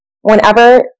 whenever